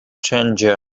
tangier